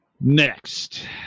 Next